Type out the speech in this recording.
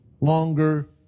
longer